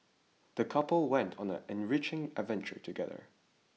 the couple went on an enriching adventure together